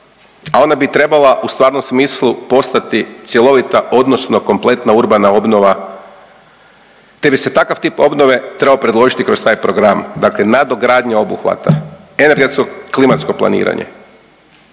a ona bi trebala u stvarnom smislu postati cjelovita odnosno kompletna urbana obnova, te bi se takav tip obnove trebao predložiti kroz taj program, dakle nadogradnja obuhvata, energetsko klimatsko planiranje,